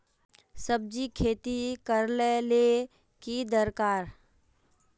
सब्जी खेती करले ले की दरकार?